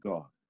God